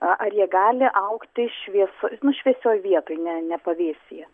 ar jie gali augti šviesu nu šviesioj vietoj ne ne pavėsyje